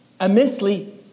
immensely